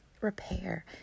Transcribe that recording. repair